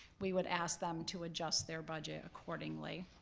we would ask them to adjust their budget accordingly.